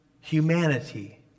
Humanity